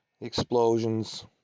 Explosions